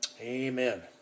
Amen